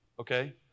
okay